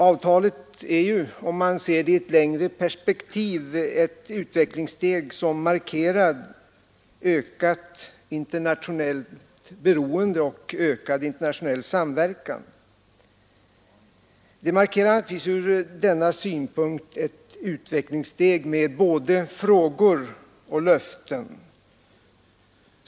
Avtalet är, om man ser det i ett längre perspektiv, ett utvecklingssteg som markerar ökat internationellt beroende och ökad internationell samverkan. Det markerar naturligtvis ur denna synpunkt ett utvecklingssteg med både frågor och löften.